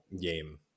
game